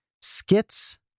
skits